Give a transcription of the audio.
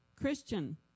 Christian